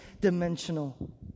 dimensional